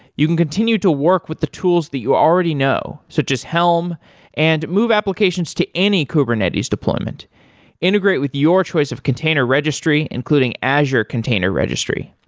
you can continue to work with the tools that you already know, so just helm and move applications to any kubernetes deployment integrate with your choice of container registry, including azure container registry.